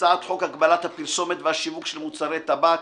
הצעת חוק הגבלת הפרסומת והשיווק של מוצרי טבק